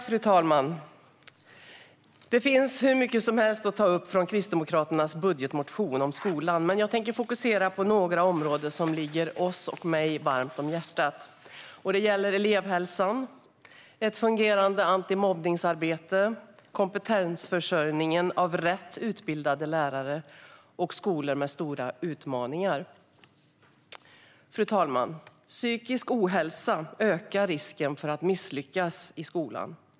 Fru talman! Det finns hur mycket som helst att ta upp från Kristdemokraternas budgetmotion om skolan, men jag tänker fokusera på några områden som ligger oss och mig extra varmt om hjärtat. Det gäller elevhälsan, ett fungerande antimobbningsarbete, kompetensförsörjningen av rätt utbildade lärare och skolor med stora utmaningar. Fru talman! Psykisk ohälsa ökar risken för att misslyckas i skolan.